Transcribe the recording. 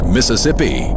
Mississippi